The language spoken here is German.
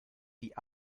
die